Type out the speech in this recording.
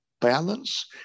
balance